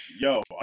yo